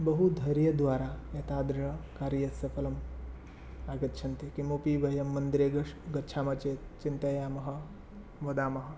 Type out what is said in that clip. बहुधैर्यद्वारा एतादृशकार्यं सफलम् आगच्छति किमपि वयं मन्दिरे द् गच्छामः चेत् चिन्तयामः वदामः